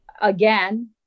again